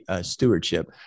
stewardship